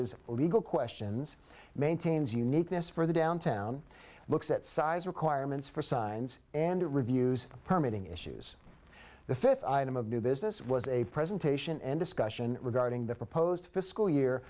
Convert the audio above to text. is legal questions maintains uniqueness for the downtown looks at size requirements for signs and reviews permitting issues the fifth item of new business was a presentation and discussion regarding the proposed fiscal year